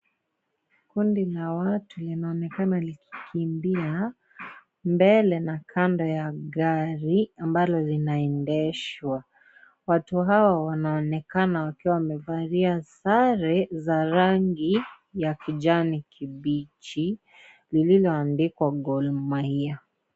Kundi la watu linaonekana likikimbia mbele na kando ya gari, ambalo linaendeshwa. Watu hawa wanaonekana wakiwa wamevalia sare za rangi ya kijani kibichi lililoandikwa Gor Mahia.